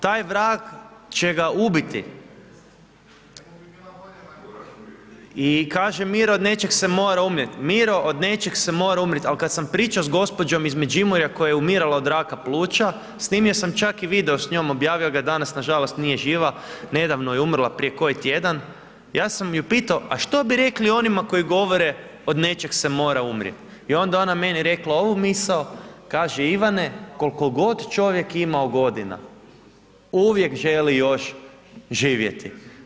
Taj vrag će ga ubiti, i kaže Miro od nečeg se mora umrijeti, Miro od nečeg se mora umrijet, al' kad sam pričao s gospođom iz Međimurja koja je umirala od raka pluća, snimio sam čak i video s njom, objavio ga, danas nažalost nije živa, nedavno je umrla, prije koji tjedan, ja sam ju pitao a što bi rekli onima koji govore od nečeg se mora umrijet, i onda je ona meni rekla ovu misao, kaže Ivane kol'ko god čovjek imao godina, uvijek želi još živjeti.